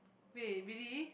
wait really